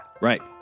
Right